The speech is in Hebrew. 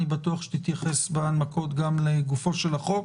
אני בטוח שתתייחס בהנמקות גם לגופו של החוק